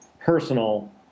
personal